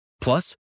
Plus